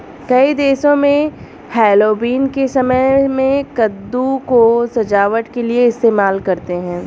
कई देशों में हैलोवीन के समय में कद्दू को सजावट के लिए इस्तेमाल करते हैं